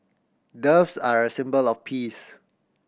doves are a symbol of peace